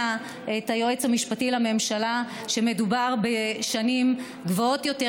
את היועץ המשפטי לממשלה שמדובר בשנים מאוחרות יותר,